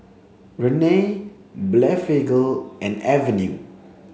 Rene Blephagel and Avene